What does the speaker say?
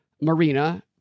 Marina